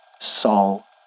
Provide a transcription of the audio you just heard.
Saul